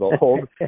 old